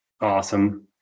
Awesome